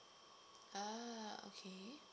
ah okay